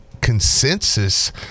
consensus